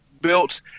built